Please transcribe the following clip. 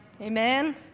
Amen